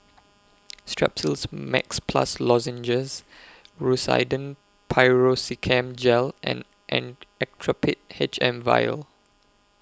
Strepsils Max Plus Lozenges Rosiden Piroxicam Gel and Actrapid H M Vial